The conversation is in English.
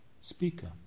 speaker